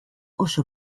oso